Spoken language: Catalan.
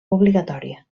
obligatòria